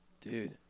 dude